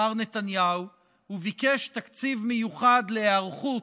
מר נתניהו, וביקש תקציב מיוחד להיערכות.